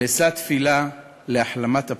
ואשא תפילה להחלמת הפצועים,